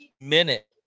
minute